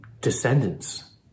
descendants